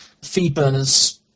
feedburners